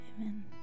Amen